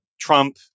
Trump